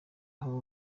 aho